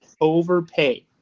overpay